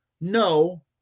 No